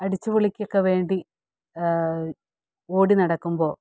അടിച്ചുപൊളിക്കൊക്കെ വേണ്ടി ഓടി നടക്കുമ്പോൾ